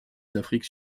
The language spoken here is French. d’afrique